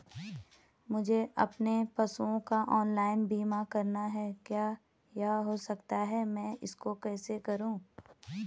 मुझे अपने पशुओं का ऑनलाइन बीमा करना है क्या यह हो सकता है मैं इसको कैसे करूँ?